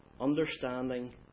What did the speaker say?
understanding